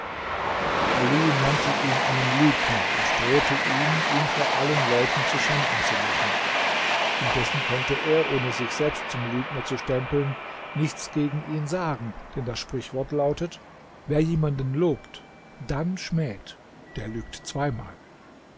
ali nannte ihn einen lügner und drohte ihm ihn vor allen leuten zuschanden zu machen indessen konnte er ohne sich selbst zum lügner zu stempeln nichts gegen ihn sagen denn das sprichwort lautet wer jemanden lobt dann schmäht der lügt zweimal